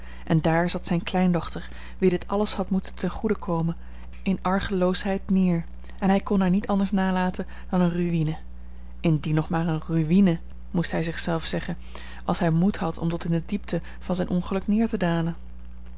en daar zat zijne kleindochter wie dit alles had moeten ten goede komen in argeloosheid neer en hij kon haar niet anders nalaten dan eene ruïne indien nog maar eene ruïne moest hij zich zelf zeggen als hij moed had om tot in de diepte van zijn ongeluk neer te dalen